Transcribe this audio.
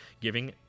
giving